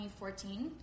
2014